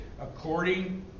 According